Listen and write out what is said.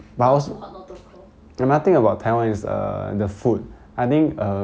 not too hot not too cold